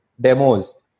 demos